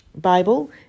Bible